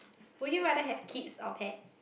would you rather have kids or pets